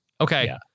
Okay